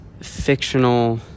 fictional